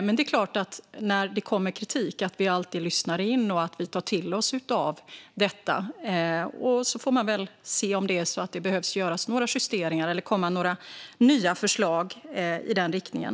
Men det är klart att vi, när det kommer kritik, alltid lyssnar in och tar till oss av den. Och så får man se om det behöver göras några justeringar eller komma några nya förslag i den riktningen.